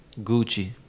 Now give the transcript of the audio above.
gucci